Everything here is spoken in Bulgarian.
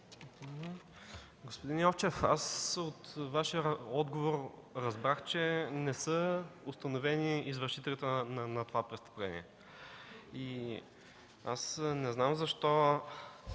Господин Йовчев, от Вашия отговор разбрах, че не са установени извършителите на това престъпление и не знам защо